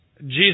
Jesus